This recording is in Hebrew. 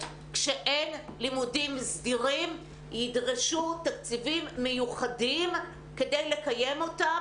כשאין לימודים סדירים ידרשו תקציבים מיוחדים כדי לקיים אותן,